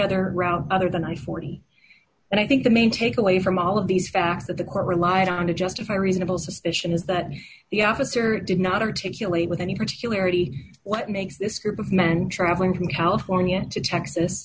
route other than i forty and i think the main takeaway from all of these facts that the court relied on to justify reasonable suspicion is that the officer did not articulate with any particular already what makes this group of men traveling from california to texas